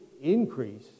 increase